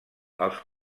els